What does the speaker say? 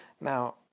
now